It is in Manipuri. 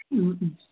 ꯎꯝ ꯎꯝ